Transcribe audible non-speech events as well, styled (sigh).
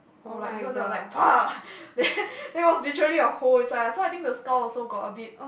or like because there's was like (noise) then then it was literally a hole inside so I think the skull also got a bit